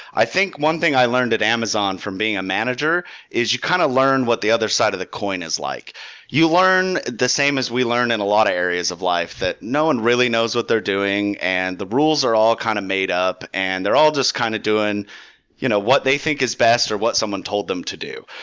i think one thing i learned at amazon from being a manager is of learn what the other side of the coin is like you learn the same as we learn in a lot of areas of life that no one really knows what they're doing, and the rules are all kind of made up and they're all just kind of doing you know what they think is best, or what someone told them to do.